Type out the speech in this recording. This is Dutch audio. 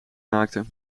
maakte